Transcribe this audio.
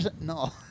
No